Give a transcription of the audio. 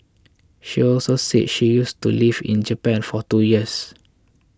she also said she used to lived in Japan for two years